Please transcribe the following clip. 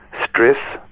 stress,